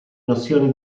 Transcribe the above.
nozioni